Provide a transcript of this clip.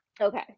Okay